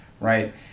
right